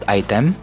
item